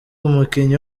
umukinnyi